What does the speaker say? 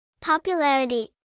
Popularity